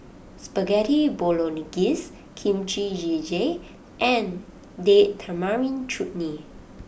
Spaghetti Bolognese Kimchi Jjigae and Date Tamarind Chutney